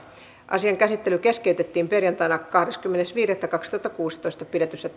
asian käsittely keskeytettiin kahdeskymmenes viidettä kaksituhattakuusitoista pidetyssä